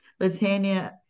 Latanya